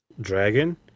Dragon